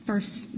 First